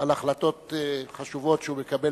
על החלטות חשובות שהוא מקבל